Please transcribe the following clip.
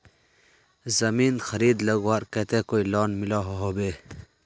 जमीन खरीद लगवार केते कोई लोन मिलोहो होबे?